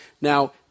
Now